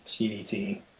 CDT